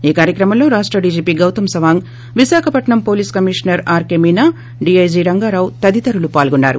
ఈ కార్యక్రమంలో రాష్ట DGP Gautam Sawang Visakhapatnam police commissioner RK Meena DIG Rangarao తదితరులు పాల్గొన్నారు